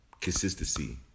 consistency